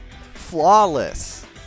Flawless